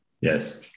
yes